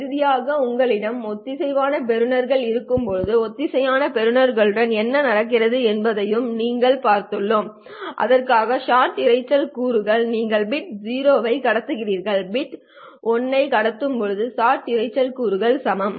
இறுதியாக உங்களிடம் ஒத்திசைவான பெறுநர்கள் இருக்கும்போது ஒத்திசைவான பெறுநர்களுடன் என்ன நடந்தது என்பதையும் நாங்கள் பார்த்துள்ளோம் அதற்கான ஷாட் இரைச்சல் கூறுகள் நீங்கள் பிட் 0 ஐ கடத்துகிறீர்கள் நீங்கள் பிட் 1 ஐ கடத்தும்போது ஷாட் இரைச்சல் கூறுக்கு சமம்